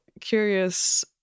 curious